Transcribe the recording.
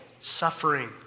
Suffering